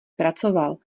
pracoval